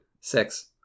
six